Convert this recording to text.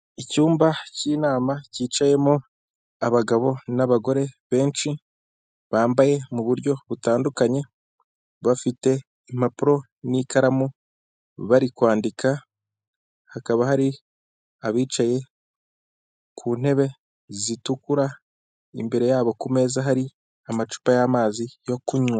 Icyumba cy'inama cyicayemo abagabo n'abagore benshi bambaye mu buryo butandukanye. Bafite impapuro n'ikaramu, bari kwandika. Hakaba hari abicaye ku ntebe zitukura. Imbere yabo hari amacupa arimo amazi yo kunywa.